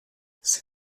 ses